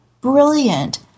brilliant